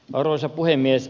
arvoisa puhemies